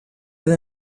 they